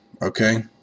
Okay